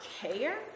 care